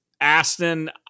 Aston